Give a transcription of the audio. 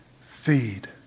Feed